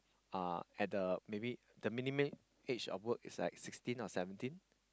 uh at the maybe the minimum age of work is like sixteen or seventeen